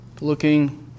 looking